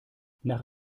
nach